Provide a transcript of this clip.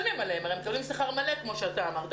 נוכל לפעול באופן מדגמי גם במוסדות החינוך המיוחד.